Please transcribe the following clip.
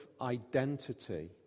identity